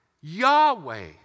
Yahweh